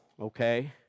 okay